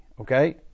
Okay